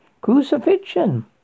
Crucifixion